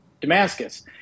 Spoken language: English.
Damascus